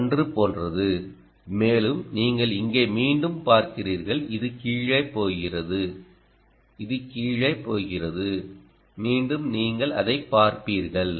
1 போன்றது மேலும் நீங்கள் இங்கே மீண்டும் பார்க்கிறீர்கள் இது கீழே போகிறது இது கீழே போகிறது மீண்டும் நீங்கள் அதைப் பார்ப்பீர்கள்